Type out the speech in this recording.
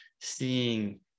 seeing